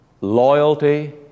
loyalty